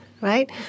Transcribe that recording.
right